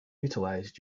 utilized